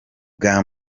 bwa